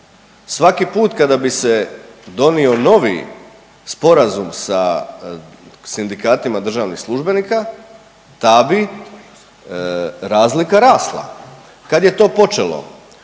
Svaki put kada bi se donio novi sporazum sa sindikatima državnih službenika, ta bi razlika rasla. Kad je to počelo?